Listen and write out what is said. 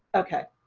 okay.